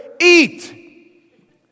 eat